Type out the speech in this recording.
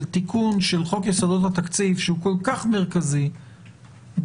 תיקון של חוק יסודות התקציב שהוא כל כך מרכזי דרך